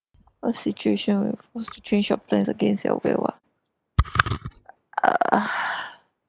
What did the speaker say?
what situation will wants to change your plans against your will ah err